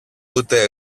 ούτε